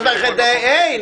הי,